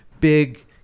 big